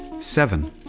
seven